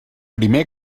primer